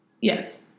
Yes